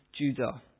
Judah